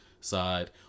side